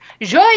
Joy